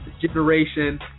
generation